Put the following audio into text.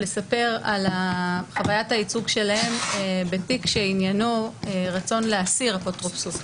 לספר על חווית הייצוג שלהם בתיק שעניינו רצון להסיר אפוטרופסות.